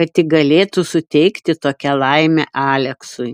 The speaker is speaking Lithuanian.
kad tik galėtų suteikti tokią laimę aleksui